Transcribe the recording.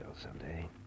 someday